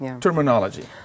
terminology